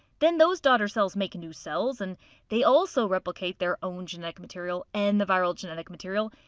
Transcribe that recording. then those daughter cells make new cells, and they also replicate their own genetic material and the viral genetic material.